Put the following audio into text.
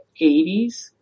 80s